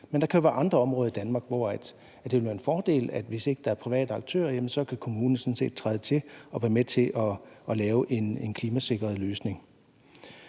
Men der kan jo være andre områder i Danmark, hvor det vil være en fordel, at kommunen, hvis ikke der er private aktører, kan træde til og være med til at lave en klimasikret løsning.